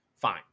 fine